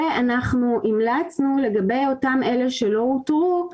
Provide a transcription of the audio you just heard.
אנחנו המלצנו, לגבי אותם אלה שלא אותרו,